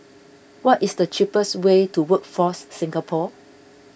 what is the cheapest way to Workforce Singapore